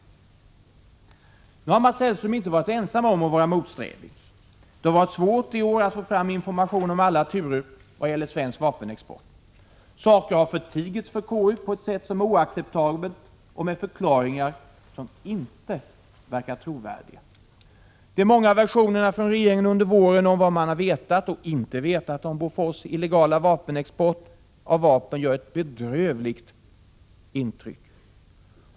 Nu har Mats Hellström inte varit ensam om att vara motsträvig. Det har varit svårt i år att få fram information om alla turer kring svensk vapenexport. Saker har förtigits för konstitutionsutskottet på ett oacceptabelt sätt och med förklaringar som inte verkar trovärdiga. De många versionerna från regeringen under våren om vad man har vetat och inte har vetat om Bofors illegala vidareexport av vapen gör ett bedrövligt intryck.